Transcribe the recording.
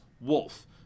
Wolf